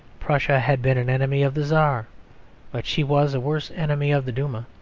prussia had been an enemy of the czar but she was a worse enemy of the duma.